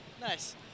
Nice